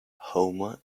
homer